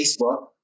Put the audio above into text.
Facebook